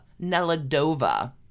Neladova